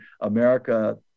America